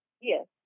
Yes